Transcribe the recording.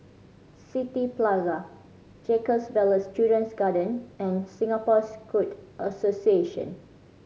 City Plaza Jacob Ballas Children's Garden and Singapore Scout Association